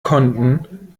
konnten